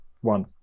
one